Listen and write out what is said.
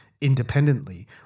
independently